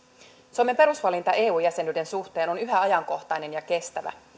suomen perusvalinta eu jäsenyyden suhteen on yhä ajankohtainen ja kestävä